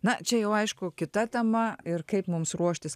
na čia jau aišku kita tema ir kaip mums ruoštis